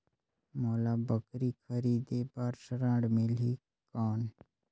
मोला बकरी खरीदे बार ऋण मिलही कौन?